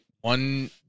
one